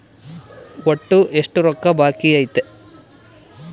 ಒಟ್ಟು ಎಷ್ಟು ರೊಕ್ಕ ಬಾಕಿ ಐತಿ?